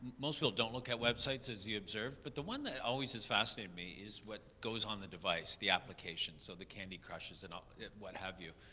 most people don't look at websites as you observed, but the one that always has fascinated me is what goes on the device, the applications, so the candy crushes and al and what have you.